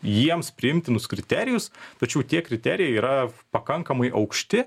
jiems priimtinus kriterijus tačiau tie kriterijai yra pakankamai aukšti